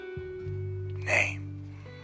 name